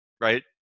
right